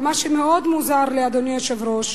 אבל מה שמאוד מוזר לי, אדוני היושב-ראש,